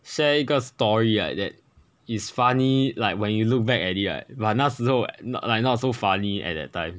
下一个 story right that is funny like when you look back at it right but 那时候 not like not so funny at that time